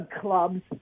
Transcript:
clubs